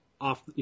off